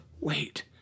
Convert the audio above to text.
Wait